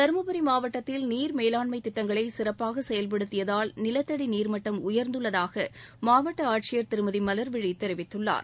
தருமபுரி மாவட்டத்தில் நீர் மேலாண்மை திட்டங்களை சிறப்பாக செயல்படுத்தியதால் நிலத்தடி நீர் மட்டம் உயர்ந்துள்ளதாக மாவட்ட ஆட்சியர் திருமதி மலர்விழி தெரிவித்துள்ளார்